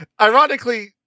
Ironically